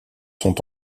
sont